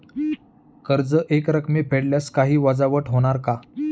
कर्ज एकरकमी फेडल्यास काही वजावट होणार का?